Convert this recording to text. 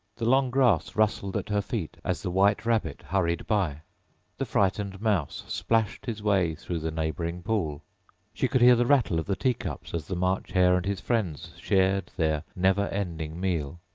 the long grass rustled at her feet as the white rabbit hurried by the frightened mouse splashed his way through the neighbouring pool she could hear the rattle of the teacups as the march hare and his friends shared their never-ending meal,